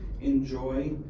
enjoy